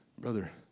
Brother